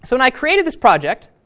so when i created this project